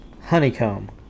Honeycomb